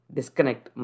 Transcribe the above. Disconnect